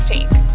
Take